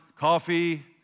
coffee